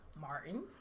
Martin